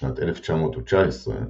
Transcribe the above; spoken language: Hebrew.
בשנת 1919,